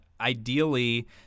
Ideally